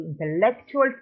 intellectual